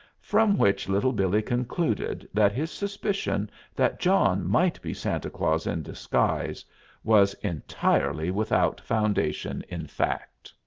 from which little billee concluded that his suspicion that john might be santa claus in disguise was entirely without foundation in fact.